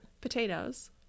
Potatoes